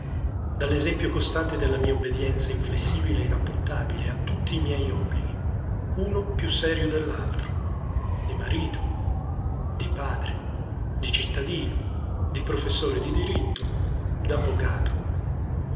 dall'esempio costante della mia obbedienza inflessibile e inappuntabile a tutti i miei obblighi uno piú serio dell'altro di marito di padre di cittadino di professore di diritto